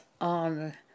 on